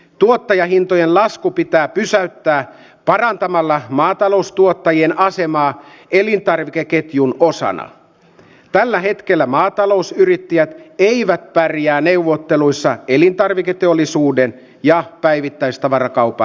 tuottajahintojen lasku pitää pysäyttää parantamalla maataloustuottajien asemaa elintarvikeketjun osana tällä hetkellä maatalousyrittäjät eivät pärjää neuvotteluissa elintarviketeollisuuden kannatan esitystä